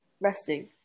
resting